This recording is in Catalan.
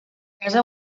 casa